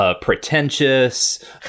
pretentious